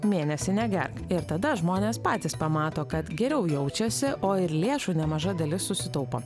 mėnesį negerk ir tada žmonės patys pamato kad geriau jaučiasi o ir lėšų nemaža dalis susitaupo